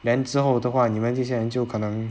then 之后的话你们这些人就可能